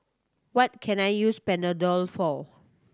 what can I use Panadol for